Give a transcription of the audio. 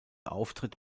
auftritt